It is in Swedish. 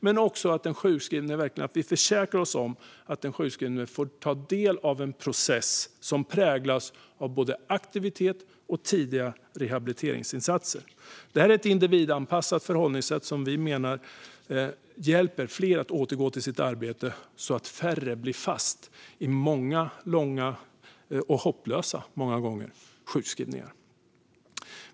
Det är också ett sätt att försäkra sig om att den sjukskrivne får ta del av en process som präglas av både aktivitet och tidiga rehabiliteringsinsatser. Det här är ett individanpassat förhållningssätt som vi menar hjälper fler att återgå i arbete så att färre blir fast i långa och många gånger hopplösa sjukskrivningar.